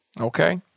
Okay